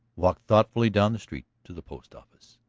walked thoughtfully down the street to the post-office.